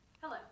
Hello